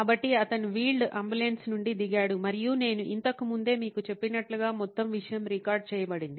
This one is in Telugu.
కాబట్టి అతను వీల్డ్ అంబులెన్స్ నుండి దిగాడు మరియు నేను ఇంతకు ముందే మీకు చెప్పినట్లుగా మొత్తం విషయం రికార్డ్ చేయబడింది